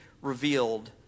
revealed